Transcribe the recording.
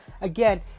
again